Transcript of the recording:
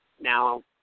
Now